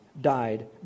died